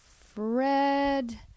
Fred